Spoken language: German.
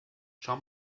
schau